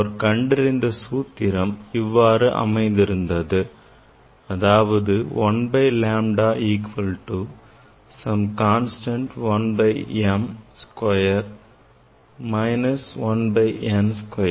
அவர் கண்டறிந்த சூத்திரம் இவ்வாறு அமைந்திருந்தது அதாவது 1 by lambda equal to some constant 1 by m square minus 1 by n square